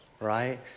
Right